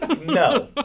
No